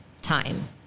Time